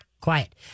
Quiet